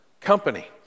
company